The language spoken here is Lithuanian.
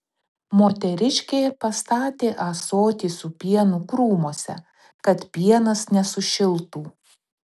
moteriškė pastatė ąsotį su pienu krūmuose kad pienas nesušiltų